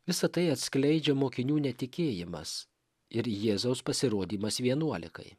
visa tai atskleidžia mokinių netikėjimas ir jėzaus pasirodymas vienuolikai